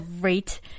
great